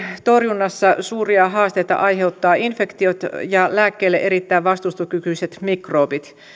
torjunnassa suuria haasteita aiheuttavat infektiot ja lääkkeelle erittäin vastustuskykyiset mikrobit